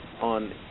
on